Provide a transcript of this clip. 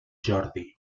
jordi